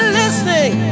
listening